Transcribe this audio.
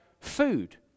food